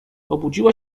obudziła